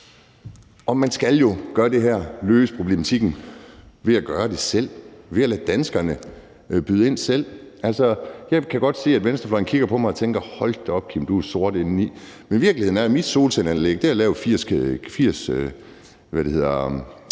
Og man skal jo løse problematikken ved at gøre det selv – ved at lade danskerne byde ind selv. Jeg kan godt se, at venstrefløjen kigger på mig og tænker: Hold da op, Kim, du er sort indeni. Men virkeligheden er, at mit solcelleanlæg har lavet 80